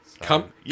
come